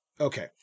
Okay